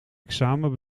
examen